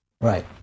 right